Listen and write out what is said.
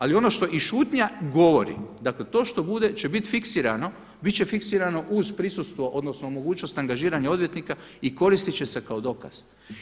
Ali ono što i šutnja govori, dakle to što bude će bit fiksirano, bit će fiksirano uz prisustvo, odnosno mogućnost angažiranja odvjetnika i koristit će se kao dokaz.